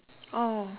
oh